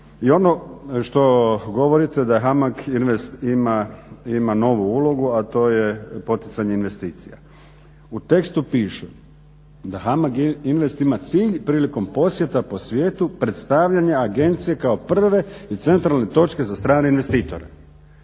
I ono što govorite da HAMAG Invest ima novu ulogu a to je poticanje investicija. U tekstu piše da HAMAG INVEST ima cilj prilikom posjeta po svijetu predstavljanja agencije kao prve i centralne točke za strane investitore.